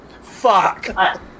Fuck